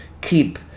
keep